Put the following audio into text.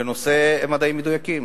בנושא מדעים מדויקים.